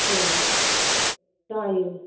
एह जायो